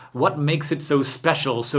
what makes it so special, so